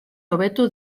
hobetu